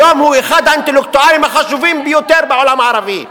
היום הוא אחד האינטלקטואלים החשובים ביותר בעולם הערבי.